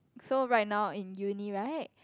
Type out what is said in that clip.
so right now in uni right